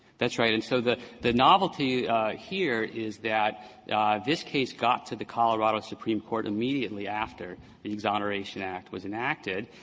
that's right. and so the the novelty here is that this case got to the colorado supreme court immediately after the exoneration act was enacted,